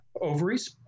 ovaries